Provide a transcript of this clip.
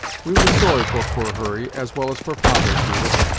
we were sorry for poor hurry, as well as for father, judith!